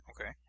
Okay